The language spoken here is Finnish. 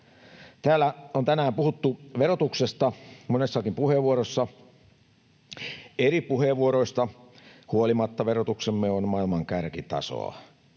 Täällä on tänään puhuttu verotuksesta monessakin puheenvuorossa. Eri puheenvuoroista huolimatta verotuksemme on maailman kärkitasoa.